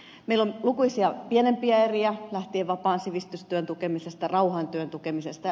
meillä on lukuisia pienempiä eriä lähtien vapaan sivistystyön tukemisesta rauhantyön tukemisesta